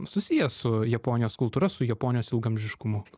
susiję su japonijos kultūra su japonijos ilgaamžiškumu